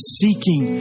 seeking